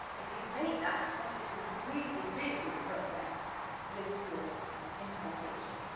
if you've made that, that is a really really good progress with your improvisation,